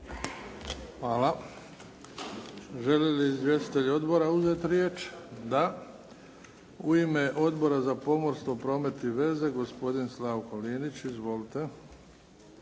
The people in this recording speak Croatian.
Hvala. Žele li izvjestitelji odbora uzeti riječ? Da. U ime Odbora za pomorstvo, promet i veze, gospodin Slavko Linić. Izvolite.